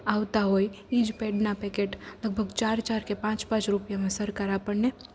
આવતા હોય ઈ જ પેડના પેકેટ લગભગ ચાર ચાર કે પાંચ પાંચ રૂપિયામાં સરકાર આપણને